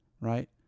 right